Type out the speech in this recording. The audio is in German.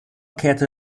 kehrte